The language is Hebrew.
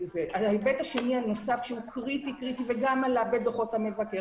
ההיבט השני הנוסף שהוא קריטי וגם עלה בדוחות המבקר,